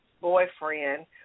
Boyfriend